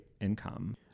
income